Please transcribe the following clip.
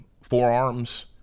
forearms